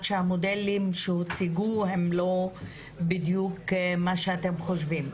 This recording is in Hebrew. שהמודלים שהוצגו הם לא בדיוק מה שאתם חושבים.